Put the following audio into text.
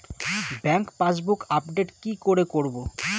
Bank passbook update কি করে করবো?